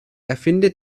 erfinde